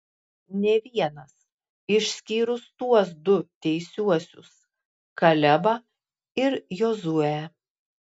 nė vienas išskyrus tuos du teisiuosius kalebą ir jozuę